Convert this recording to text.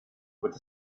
with